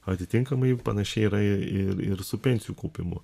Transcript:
atitinkamai panašiai yra ir ir su pensijų kaupimu